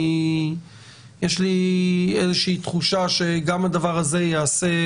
יש לי איזושהי תחושה שגם הדבר הזה ייעשה